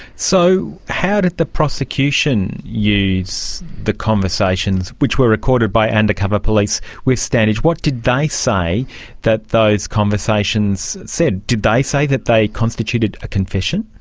so how did the prosecution use the conversations, which were recorded by undercover police with standage, what did they say that those conversations said? did they say that they constituted a confession?